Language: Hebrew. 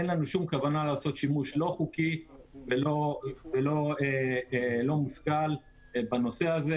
אין לנו שום כוונה לעשות שימוש לא חוקי ולא מושכל בנושא הזה.